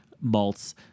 malts